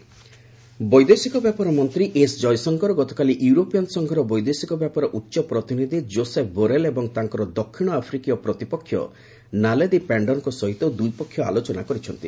Jaishankar U S Africa ବୈଦେଶିକ ବ୍ୟାପାର ମନ୍ତ୍ରୀ ଏସ୍ ଜୟଶଙ୍କର ଗତକାଲି ୟୁରୋପିଆନ୍ ସଂଘର ବୈଦେଶିକ ବ୍ୟାପାର ଉଚ୍ଚ ପ୍ରତିନିଧି ଯୋସେପ୍ ବୋରେଲ୍ ଏବଂ ତାଙ୍କର ଦକ୍ଷିଣ ଆଫ୍ରିକୀୟ ପ୍ରତିପକ୍ଷ ନାଲେଦି ପାଣ୍ଡରଙ୍କ ସହିତ ଦ୍ୱିପକ୍ଷିୟ ଆଲୋଚନା କରିଛନ୍ତି